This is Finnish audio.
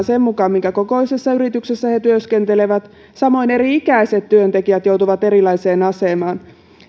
sen mukaan minkä kokoisessa yrityksessä he työskentelevät samoin eri ikäiset työntekijät joutuvat erilaiseen asemaan